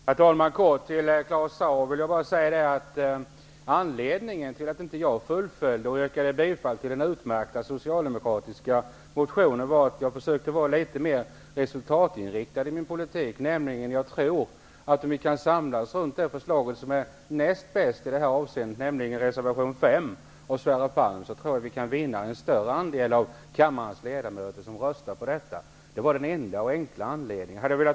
Herr talman! Jag vill bara helt kort säga till Claus Zaar att anledningen till att jag inte yrkade bifall till den utmärkta socialdemokratiska motionen var att jag försökte vara litet mer resultatinriktad. Jag tror nämligen att vi, om vi kan samlas kring det förslag som är näst bäst i det här avseendet, nämligen reservation 5 av Sverre Palm, kan få en större del av kammarens ledamöter att rösta på detta förslag. Det är den enkla anledningen, och även den enda.